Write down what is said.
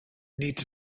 nid